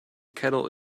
kettle